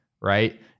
Right